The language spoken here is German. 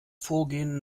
vorgehen